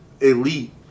elite